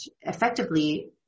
effectively